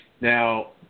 Now